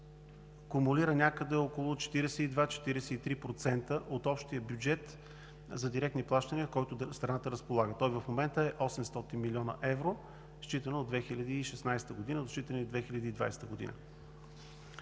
комулира някъде около 42 – 43% от общия бюджет за директни плащания, с който страната разполага. В момента той е 800 млн. евро, считано от 2016 г. до 2020 г.